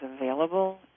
available